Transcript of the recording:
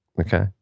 Okay